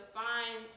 find